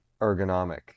ergonomic